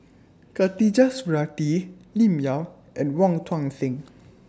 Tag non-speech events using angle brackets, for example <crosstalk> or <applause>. Khatijah Surattee Lim Yau and Wong Tuang Seng <noise>